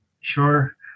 sure